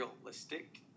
realistic